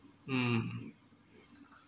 mm